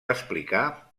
explicar